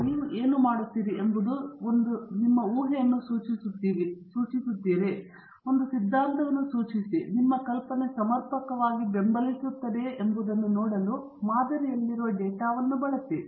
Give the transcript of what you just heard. ನೀವು ಏನು ಮಾಡುತ್ತೀರಿ ಎಂಬುದು ನೀವು ಊಹೆಯನ್ನು ಸೂಚಿಸುತ್ತೀರಿ ಅಥವಾ ನೀವು ಒಂದು ಸಿದ್ಧಾಂತವನ್ನು ಸೂಚಿಸಿ ಮತ್ತು ನಿಮ್ಮ ಕಲ್ಪನೆ ಸಮರ್ಪಕವಾಗಿ ಬೆಂಬಲಿಸುತ್ತದೆಯೇ ಎಂಬುದನ್ನು ನೋಡಲು ಮಾದರಿಯಲ್ಲಿರುವ ಡೇಟಾವನ್ನು ಬಳಸಿ